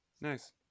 Nice